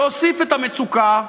להוסיף על המצוקה.